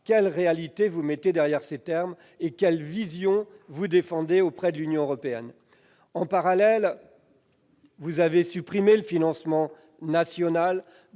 quelles réalités vous mettez dernière ces termes, ni quelle vision vous défendez auprès de l'Union européenne. En parallèle, vous avez supprimé le financement national